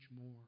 more